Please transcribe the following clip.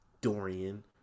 Dorian